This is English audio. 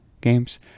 games